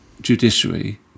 judiciary